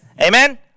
Amen